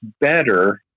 better